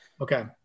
Okay